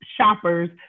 shoppers